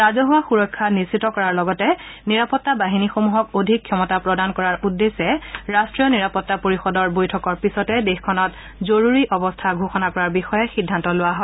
ৰাজহুৱা সুৰক্ষা নিশ্চিত কৰাৰ লগতে নিৰাপত্তা বাহিনীসমূহক অধিক ক্ষমতা প্ৰদান কৰাৰ উদ্দেশ্যে ৰাষ্ট্ৰীয় নিৰাপত্তা পৰিষদৰ বৈঠকৰ পিছতে দেশখনত জৰুৰী অৱস্থা ঘোষণা কৰাৰ বিষয়ে সিদ্ধান্ত লোৱা হয়